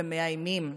ומאיימים,